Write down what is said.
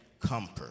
comfort